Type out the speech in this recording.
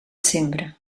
sembre